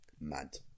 mad